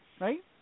right